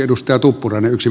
arvoisa puhemies